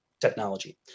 technology